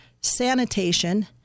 sanitation